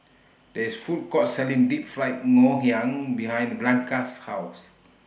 There IS A Food Court Selling Deep Fried Ngoh Hiang behind Blanca's House